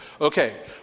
Okay